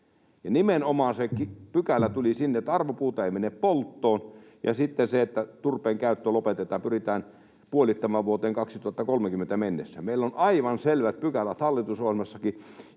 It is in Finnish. nimenomaan se pykälä tuli sinne, että arvopuuta ei mene polttoon, ja sitten se, että turpeen käyttö lopetetaan, pyritään puolittamaan vuoteen 2030 mennessä. Meillä on aivan selvät pykälät hallitusohjelmassakin,